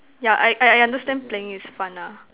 yeah I I understand playing is fun lah